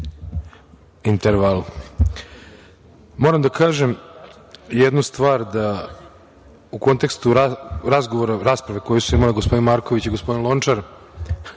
intervalu. Moram da kažem jednu stvar da u kontekstu razgovora, rasprave koju su imali gospodin Marković i gospodin Lončar